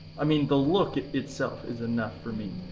i mean, the look itself is enough for me.